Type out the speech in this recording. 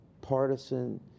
partisan